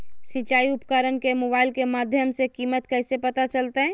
सिंचाई उपकरण के मोबाइल के माध्यम से कीमत कैसे पता चलतय?